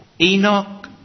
Enoch